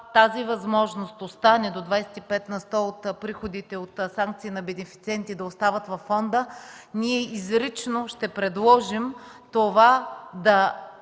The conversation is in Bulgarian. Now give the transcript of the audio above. тази възможност остане: до 25 на сто от приходите от санкции на бенефициенти да остават във фонда, изрично ще предложим разходването